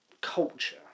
culture